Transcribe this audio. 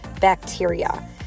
bacteria